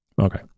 okay